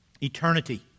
eternity